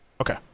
okay